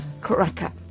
Cracker